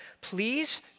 Please